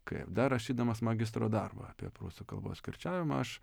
kai dar rašydamas magistro darbą apie prūsų kalbos kirčiavimą aš